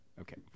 Okay